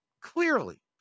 clearly